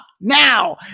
now